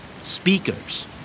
Speakers